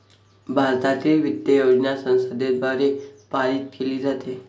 भारतातील वित्त योजना संसदेद्वारे पारित केली जाते